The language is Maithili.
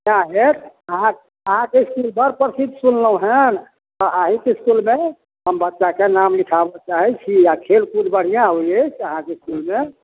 अहाँ अहाँके इसकुल बड़ प्रसिद्ध सुनलहुँ हँ तऽ अहिंँके इसकुलमे हम बच्चाके नाम लिखाबऽ चाहैत छी आ खेलकूद बढ़िआँ होयत अछि अहाँके इसकुलमे